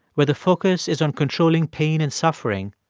where the focus is on controlling pain and suffering,